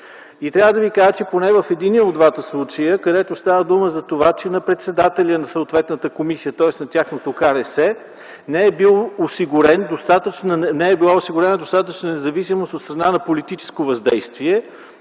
И трябва да ви кажа, че поне в единия от двата случая, където става дума за това, че на председателя на съответната комисия, тоест на тяхното КРС, не е била осигурена достатъчно независимост от страна на политическо бездействие,